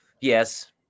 yes